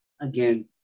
Again